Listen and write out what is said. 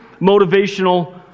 motivational